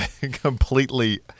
Completely